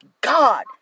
God